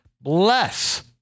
bless